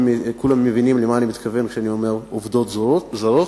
מבינים למה אני מתכוון כשאני אומר "עובדות זרות"